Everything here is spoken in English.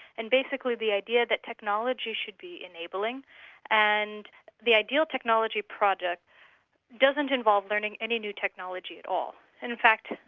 and basically the idea that technology should be enabling and the ideal technology product doesn't involve learning any new technology at all. and in fact,